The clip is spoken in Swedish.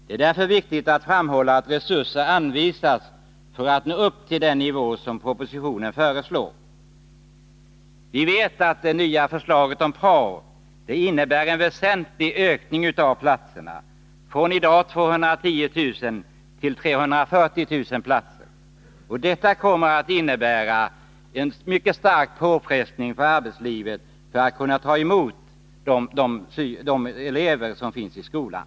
Det är därför viktigt att framhålla att resurser måste anvisas för att den skall nå upp till den nivå som propositionen föreslår. Vi vet att det nya förslaget om prao innebär en väsentlig ökning av platserna, från i dag 210 000 till 340 000 platser. Detta kommer att innebära en mycket stark påfrestning på arbetslivet när det gäller att ta emot de elever som finns i skolan.